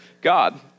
God